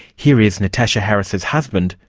here is natasha harris's husband,